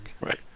right